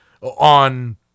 on